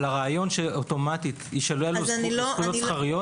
אבל הרעיון שאוטומטית יישללו זכויות שכריות